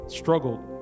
struggled